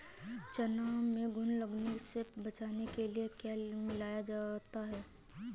चना में घुन लगने से बचाने के लिए क्या मिलाया जाता है?